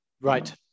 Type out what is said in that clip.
Right